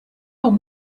old